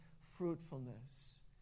fruitfulness